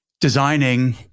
designing